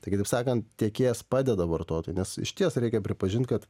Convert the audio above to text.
tai kitaip sakant tiekėjas padeda vartotojui nes išties reikia pripažint kad